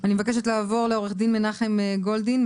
אני מבקש לעבור לעורך הדין מנחם גולדין,